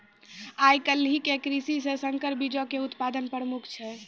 आइ काल्हि के कृषि मे संकर बीजो के उत्पादन प्रमुख छै